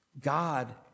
God